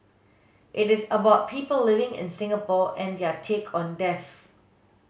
it is about people living in Singapore and their take on death